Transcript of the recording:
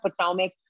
Potomac